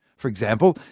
for example,